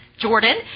Jordan